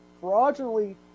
fraudulently